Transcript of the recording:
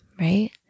right